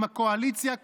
עם הקואליציה,